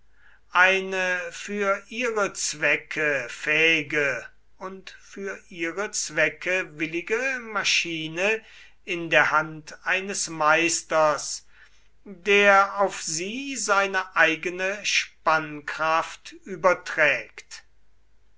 eine für ihre zwecke fähige und für ihre zwecke willige maschine in der hand eines meisters der auf sie seine eigene spannkraft überträgt